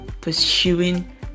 pursuing